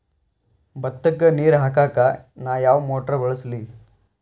ಭತ್ತಕ್ಕ ನೇರ ಹಾಕಾಕ್ ನಾ ಯಾವ್ ಮೋಟರ್ ಬಳಸ್ಲಿ?